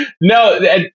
No